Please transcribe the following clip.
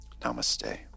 Namaste